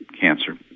cancer